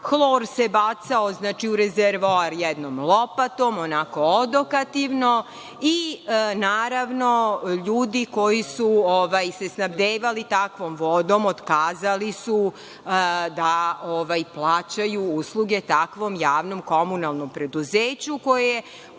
hlor se bacao u rezervoar jednom lopatom, onako odokativno i, naravno, ljudi koji su se snabdevali takvom vodom otkazali su da plaćaju usluge takvom javnom komunalnom preduzeću koje je